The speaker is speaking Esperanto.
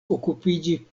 okupiĝi